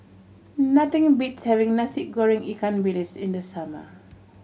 nothing beats having Nasi Goreng ikan bilis in the summer